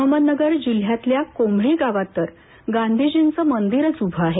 अहमदनगर जिल्ह्यातल्या कोंभळी गावात तर गांधीजींचं मंदिरंच उभं आहे